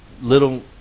Little